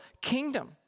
kingdom